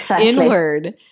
inward